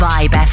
Vibe